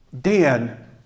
Dan